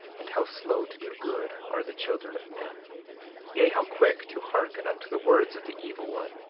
and how slow to do good, are the children of men yea, how quick to hearken unto the words of the evil one,